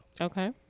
Okay